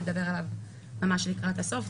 נדבר עליו ממש לקראת הסוף,